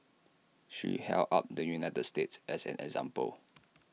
she held up the united states as an example